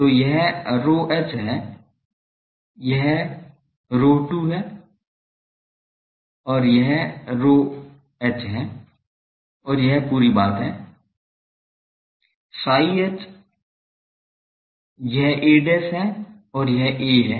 तो यह ρh है यह ρ2 है और यह Ph है और यह पूरी बात है psi h यह a है और यह a है